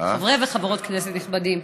חברי וחברות כנסת נכבדים,